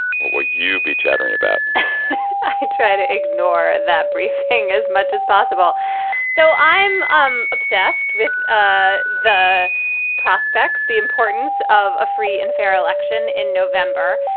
will you be chattering about it? try to ignore that briefing as much as possible so i'm um obsessed with ah the prospects, the importance of a free and fair election in november.